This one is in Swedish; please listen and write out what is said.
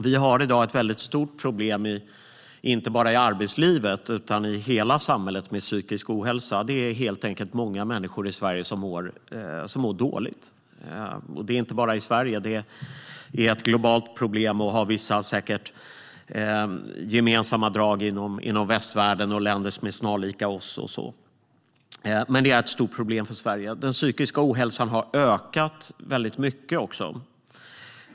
Vi har i dag ett väldigt stort problem inte bara i arbetslivet utan i hela samhället med psykisk ohälsa. Det är helt enkelt många människor i Sverige som mår dåligt. Det är inte bara i Sverige. Det är ett globalt problem som säkert har vissa gemensamma drag inom västvärlden och i länder där man är snarlik oss, men det är ett stort problem för Sverige. Den psykiska ohälsan har också ökat väldigt mycket.